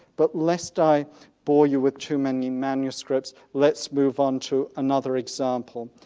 but lest i bore you with too many manuscripts, let's move on to another example.